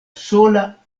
sola